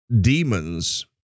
demons